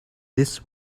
this